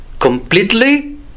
completely